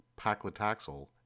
paclitaxel